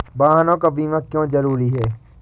वाहनों का बीमा क्यो जरूरी है?